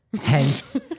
hence